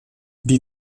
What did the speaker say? die